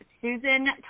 Susan